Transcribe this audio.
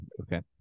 okay